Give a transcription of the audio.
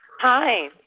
Hi